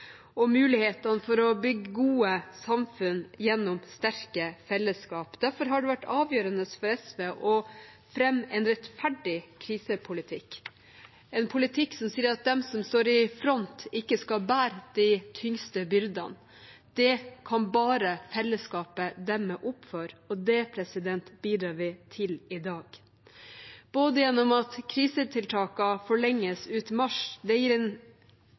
mulighetene for å bygge gode samfunn gjennom sterke fellesskap. Derfor har det vært avgjørende for SV å fremme en rettferdig krisepolitikk, en politikk som sier at de som står i front, ikke skal bære de tyngste byrdene. Det kan bare fellesskapet demme opp for, og det bidrar vi til i dag både gjennom at krisetiltakene forlenges ut mars – det gir forutsigbarhet og en